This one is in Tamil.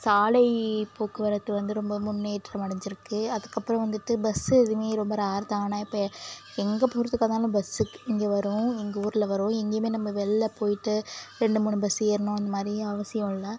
சாலை போக்குவரத்து வந்து ரொம்ப முன்னேற்றம் அடைஞ்சிருக்கு அதுக்கப்புறோம் வந்துட்டு பஸ்ஸு எதுவுமே ரொம்ப ரேர் தான் ஆனால் இப்போ எங்கே போகிறதுக்கா இருந்தாலும் பஸ்ஸுக்கு இங்கே வரும் எங்கள் ஊரில் வரும் எங்கேயுமே நம்ம வெளியில் போயிட்டு ரெண்டு மூணு பஸ் ஏறணும் அந்த மாதிரி அவசியம் இல்லை